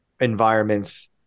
environments